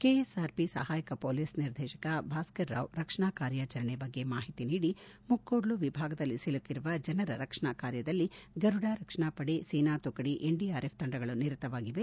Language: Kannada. ಕೆಎಸ್ಆರ್ಪಿ ಸಹಾಯಕ ಮೊಲೀಸ್ ನಿರ್ದೇಶಕ ಭಾಸ್ಕರ್ ರಾವ್ ರಕ್ಷಣಾ ಕಾರ್ಯಾಚರಣೆ ಬಗ್ಗೆ ಮಾಹಿತಿ ನೀಡಿ ಮುಕ್ಕೋಡ್ಲು ವಿಭಾಗದಲ್ಲಿ ಸಿಲುಕಿರುವ ಜನರ ರಕ್ಷಣಾ ಕಾರ್ಯದಲ್ಲಿ ಗರುಡಾ ರಕ್ಷಣಾಪಡೆ ಸೇನಾ ತುಕಡಿ ಎನ್ಡಿಆರ್ಎಫ್ ತಂಡಗಳು ನಿರತವಾಗಿವೆ